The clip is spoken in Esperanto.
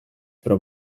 pro